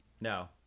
no